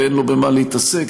אין לו במה להתעסק?